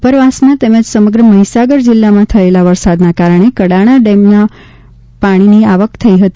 ઉપરવાસમાં તેમજ સમગ્ર મહિસાગર જિલ્લામાં થયેલા વરસાદને કારણે કડાણા ડેમમાં પાણીની આવક થઇ હતી